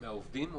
ההצהרה איננה,